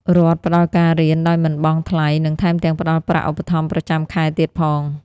រដ្ឋផ្ដល់ការរៀនដោយមិនបង់ថ្លៃ និងថែមទាំងផ្ដល់ប្រាក់ឧបត្ថម្ភប្រចាំខែទៀតផង។